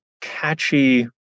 catchy